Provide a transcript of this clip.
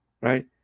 right